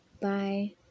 Bye